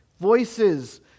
Voices